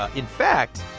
in fact,